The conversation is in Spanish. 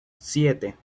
siete